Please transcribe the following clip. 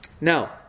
Now